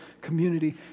community